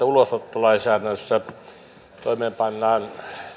ulosottolainsäädännössä toimeenpannaan